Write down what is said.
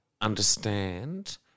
understand